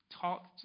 talk